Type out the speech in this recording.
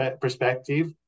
perspective